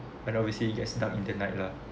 and obviously you get stuck in the night lah